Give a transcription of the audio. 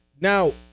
Now